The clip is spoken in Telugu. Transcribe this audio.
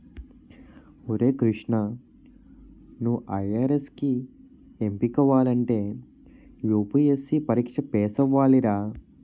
ఒరే కృష్ణా నువ్వు ఐ.ఆర్.ఎస్ కి ఎంపికవ్వాలంటే యూ.పి.ఎస్.సి పరీక్ష పేసవ్వాలిరా